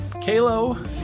Kalo